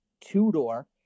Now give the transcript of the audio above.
two-door